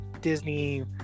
Disney